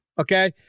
Okay